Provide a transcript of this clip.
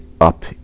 up